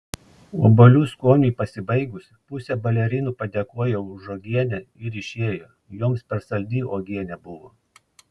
obuolių skoniui pasibaigus pusė balerinų padėkojo už uogienę ir išėjo joms per saldi uogienė buvo